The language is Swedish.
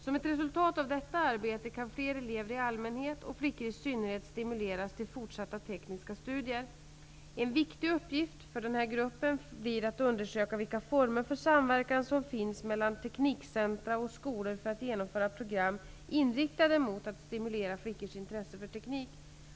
Som ett resultat av detta arbete kan fler elever i allmänhet och flickor i synnerhet stimuleras till fortsatta tekniska studier. En viktig uppgift för gruppen blir att undersöka vilka former för samverkan som finns mellan teknikcentrum och skolor för att genomföra program inriktade mot att stimulera flickors intresse för teknik.